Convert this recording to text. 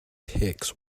pics